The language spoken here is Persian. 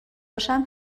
باشم